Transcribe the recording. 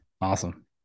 Awesome